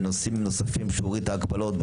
בנושאים נוספים שהוריד את ההגבלות,